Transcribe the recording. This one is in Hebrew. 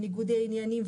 ניגודי העניינים,